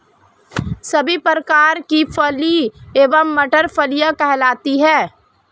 सभी प्रकार की फली एवं मटर फलियां कहलाती हैं